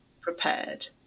prepared